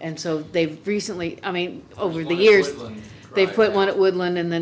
and so they've recently i mean over the years they put one it would learn and then